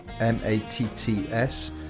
m-a-t-t-s